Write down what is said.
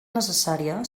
necessària